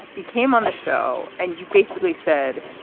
he came on the show and you basically said,